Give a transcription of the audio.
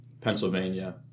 Pennsylvania